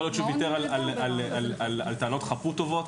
יכול להיות שהוא ויתר על טענות חפות טובות,